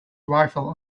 rifle